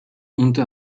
unter